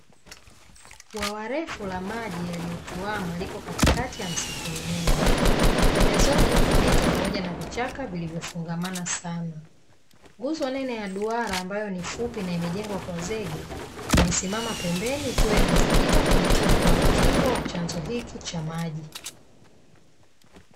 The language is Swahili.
Bwawa refu la maji yaliyotuama liko katikati ya msitu mnene. Pembezoni kuna miti pamoja na vichaka vilivyofungamana sana. Nguzo nene ya duara ambayo ni fupi na imejengwa kwa zege imesimama pembeni ikiwa imejikita kwenye tope la ukingo wa chanzo hiki cha maji.